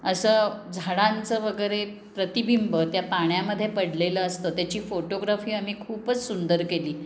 असे झाडांचं वगैरे प्रतिबिंब त्या पाण्यामध्ये पडलेले असतं त्याची फोटोग्राफी आम्ही खूपच सुंदर केली